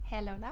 Hello